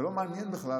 זה לא מעניין בכלל